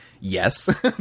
yes